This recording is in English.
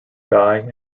guy